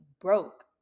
broke